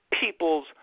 people's